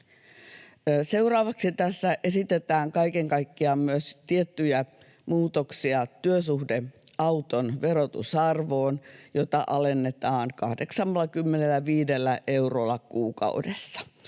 Seuraavaksi tässä esitetään kaiken kaikkiaan myös tiettyjä muutoksia työsuhdeauton verotusarvoon, jota alennetaan 85 eurolla kuukaudessa,